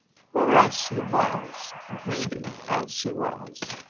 poor as she was, greedy as she was,